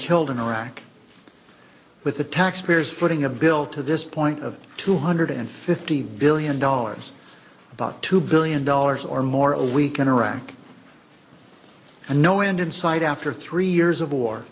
killed in iraq with the taxpayers putting a bill to this point of two hundred fifty billion dollars about two billion dollars or more a week in iraq and no end in sight after three years of war